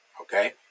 Okay